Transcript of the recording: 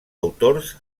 autors